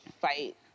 fight